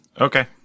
Okay